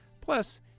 Plus